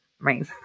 right